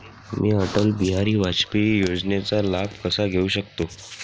मी अटल बिहारी वाजपेयी योजनेचा लाभ कसा घेऊ शकते?